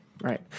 Right